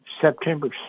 September